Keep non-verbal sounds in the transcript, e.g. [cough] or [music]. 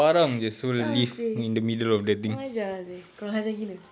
[laughs] kurang ajar seh kurang ajar gila